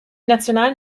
nationalen